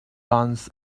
bangs